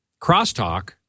crosstalk